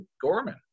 Gorman